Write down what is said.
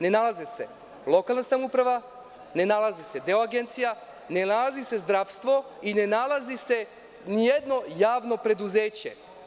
Ne nalazi se lokalna samouprava, ne nalazi se deo agencija, ne nalazi se zdravstvo i ne nalazi se ni jedno javno preduzeće.